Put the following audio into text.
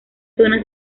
zona